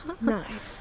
Nice